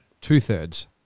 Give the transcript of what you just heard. two-thirds